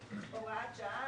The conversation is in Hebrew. "הוראת שעה,